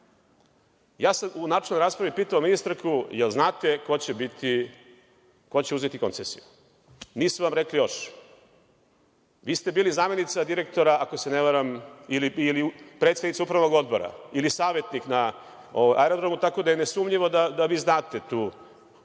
oblast.U načelnoj raspravi sam pitao ministarku – da li znate ko će uzeti koncesije? Nisu nam rekli još. Vi ste bili zamenica direktora, ako se ne varam, ili predsednica upravnog odbora, ili savetnik na aerodromu, tako da je nesumnjivo da vi znate tu oblast.